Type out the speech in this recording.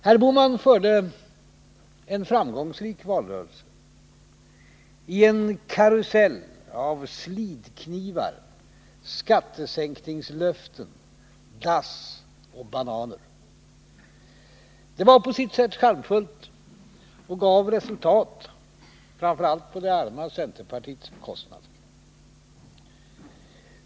Herr Bohman förde en framgångsrik valrörelse i en karusell av slidknivar, skattesänkningslöften, dass och bananer. Det var på sitt sätt charmfullt och gav resultat — framför allt på det arma centerpartiets bekostnad.